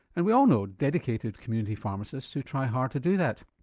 and we all know dedicated community pharmacists who try hard to do that.